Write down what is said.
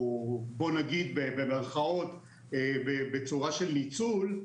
או בוא נגיד במרכאות בצורה של ניצול,